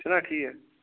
چھُ نہ ٹھیٖک